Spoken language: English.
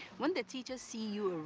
when the teachers see you